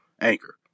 Anchor